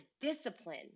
discipline